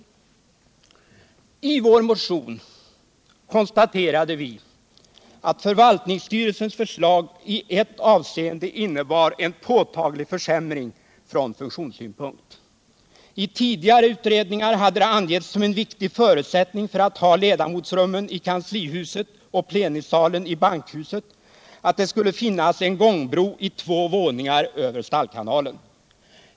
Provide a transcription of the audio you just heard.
frågor på längre Sikt Riksdagens lokalfrågor på längre Sikt I vår motion konstaterade vi att förvaltningsstyrelsens förslag i ett avseende innebar en påtaglig försämring från funktionssynpunkt. I tidigare utredningar hade det angetts som cn viktig förutsättning för att ha ledamotsrummen i kanslihuset och plenisalen i bankhuset att det skulle finnas en gångbro i två våningar över Stallkanalen.